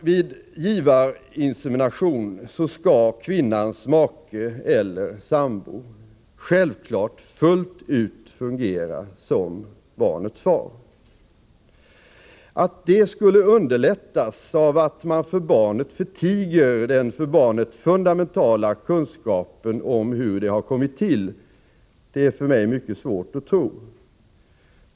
Vid givarinsemination skall kvinnans make eller sambo självklart fullt ut fungera som barnets far. Att detta skulle underlättas av att man för barnet förtiger den för barnet fundamentala kunskapen om hur det har kommit till är för mig mycket svårt att tro.